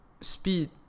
speed